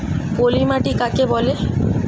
পলি মাটি কাকে বলে?